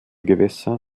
gewässer